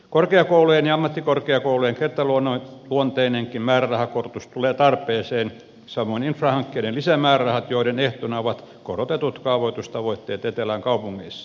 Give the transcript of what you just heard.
korkeakoulujen ja ammattikorkeakoulujen kertaluonteinenkin määrärahakorotus tulee tarpeeseen samoin infrahankkeiden lisämäärärahat joiden ehtona ovat korotetut kaavoitustavoitteet etelän kaupungeissa